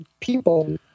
people